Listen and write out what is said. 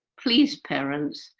please, parents,